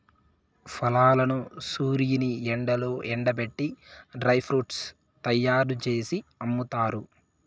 ఫలాలను సూర్యుని ఎండలో ఎండబెట్టి డ్రై ఫ్రూట్స్ తయ్యారు జేసి అమ్ముతారు